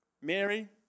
Mary